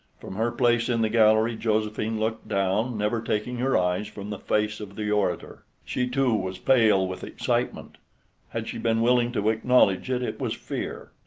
from her place in the gallery josephine looked down, never taking her eyes from the face of the orator. she too was pale with excitement had she been willing to acknowledge it, it was fear.